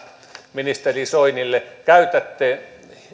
ministeri soinille käytätte